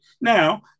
Now